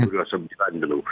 kuriuos apgyvendinau